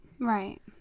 right